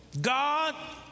God